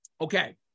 Okay